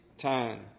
time